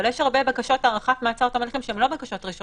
אבל יש הרבה בקשות הארכת מעצר עד תום ההליכים שהן לא בקשות ראשונות,